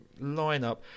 lineup